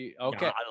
Okay